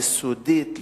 יסודית,